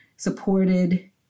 supported